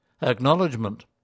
acknowledgement